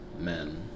men